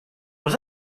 was